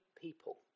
people